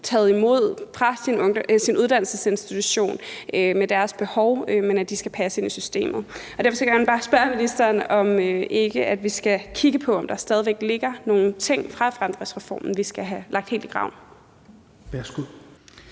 taget imod af deres uddannelsesinstitution med deres behov, men at de skal passe ind i systemet. Derfor vil jeg bare gerne spørge ministeren, om ikke vi skal kigge på, om der stadig væk ligger nogle ting fra fremdriftsreformen, vi skal have lagt helt i graven.